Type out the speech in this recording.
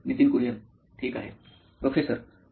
Nitin Kurian COO nine electronics ठीक आहे